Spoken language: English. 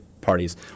parties